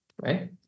right